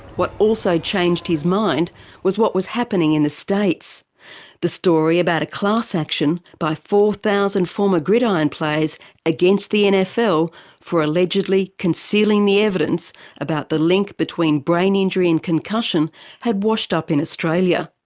what also changed his mind was what was happening in the states the story about a class action by four thousand former gridiron players against the nfl for allegedly concealing the evidence about the link between brain injury and concussion had washed up in australia.